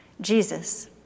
Jesus